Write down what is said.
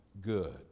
good